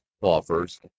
offers